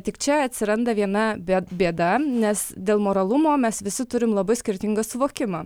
tik čia atsiranda viena bėd bėda nes dėl moralumo mes visi turim labai skirtingą suvokimą